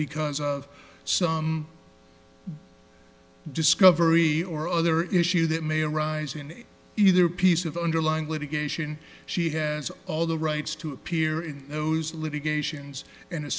because of some discovery or other issues that may arise in either piece of underlying litigation she has all the rights to appear in those litigations and